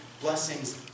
blessings